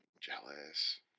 Jealous